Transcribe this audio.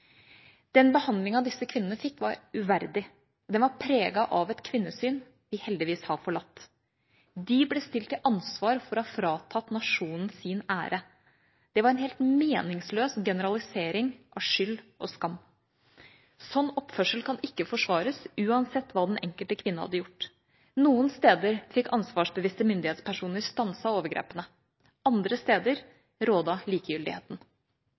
Den behandlingen disse kvinnene fikk, var uverdig. Den var preget av et kvinnesyn vi heldigvis har forlatt. De ble stilt til ansvar for å ha fratatt nasjonen dens ære. Det var en helt meningsløs generalisering av skyld og skam. Sånn oppførsel kan ikke forsvares uansett hva den enkelte kvinne hadde gjort. Noen steder fikk ansvarsbevisste myndighetspersoner stanset overgrepene. Andre steder rådet likegyldigheten.